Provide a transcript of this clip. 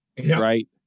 Right